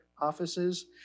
offices